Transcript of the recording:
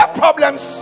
problems